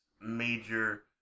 major